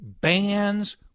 Bands